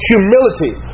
Humility